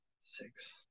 Six